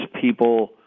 people